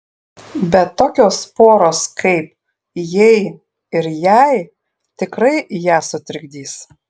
bet tokios poros kaip jei ir jai tikrai ją sutrikdys